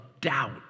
doubt